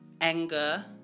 anger